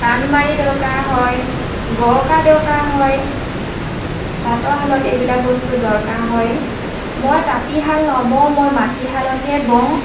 কাণ মাৰি দৰকাৰ হয় গৰকা দৰকাৰ হয় তাঁতশালত এইবিলাক বস্তু দৰকাৰ হয় মই তাঁতীশাল নবওঁ মই মাটিশালতহে বওঁ